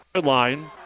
line